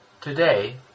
Today